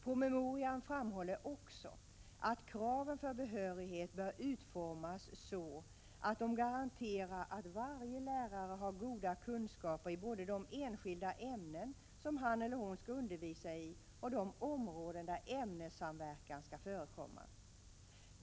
Promemorian framhåller också att kraven för behörighet bör utformas så att de garanterar att varje lärare har goda kunskaper i de enskilda ämnen som han eller hon skall undervisa i och om de områden där ämnessamverkan kan förekomma.